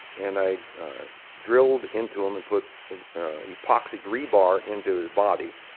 and i drilled into him and put a epoxied rebar into his body,